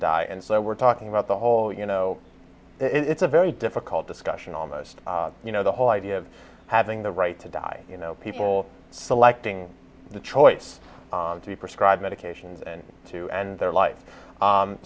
die and so we're talking about the hall you know it's a very difficult discussion almost you know the whole idea of having the right to die you know people selecting the choice to prescribe medications to and their life